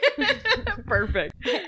Perfect